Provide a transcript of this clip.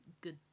good